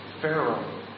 Pharaoh